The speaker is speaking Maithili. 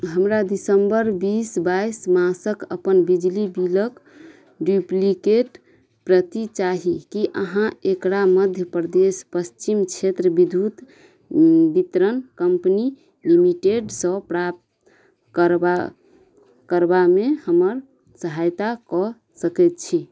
हमरा दिसम्बर बीस बाइस मासके अपन बिजली बिलके डुप्लिकेट प्रति चाही कि अहाँ एकरा मध्य प्रदेश पच्छिम क्षेत्र विद्युत वितरण कम्पनी लिमिटेडसँ प्राप्त करबा करबामे हमर सहायता कऽ सकै छी